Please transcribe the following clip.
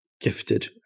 gifted